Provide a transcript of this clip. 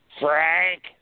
Frank